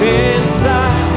inside